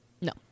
No